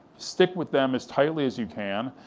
stick with them as tightly as you can,